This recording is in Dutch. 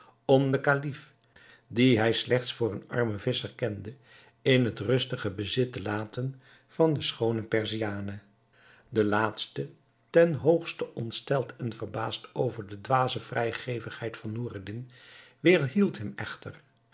om den kalif dien hij slechts voor een armen visscher kende in het rustige bezit te laten van de schoone perziane de laatste ten hoogste ontsteld en verbaasd over de dwaze vrijgevigheid van noureddin weêrhield hem echter